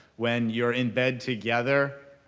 when you're in bed together,